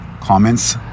Comments